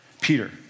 Peter